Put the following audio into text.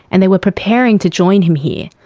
and they were preparing to join him here.